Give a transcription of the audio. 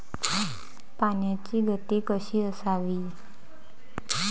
पाण्याची गती कशी असावी?